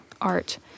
art